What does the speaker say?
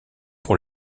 pour